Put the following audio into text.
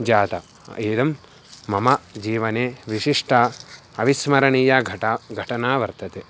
जातः इदं मम जीवने विशिष्टा अविस्मरणीया घटना घटना वर्तते